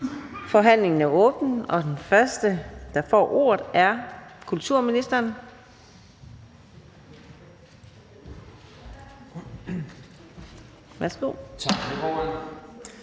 Forhandlingen er åbnet, og den første, der får ordet, er kulturministeren.